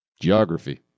Geography